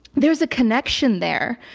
there is a connection there.